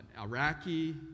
Iraqi